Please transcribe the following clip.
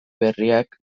berriak